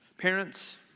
Parents